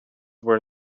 were